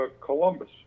Columbus